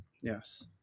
Yes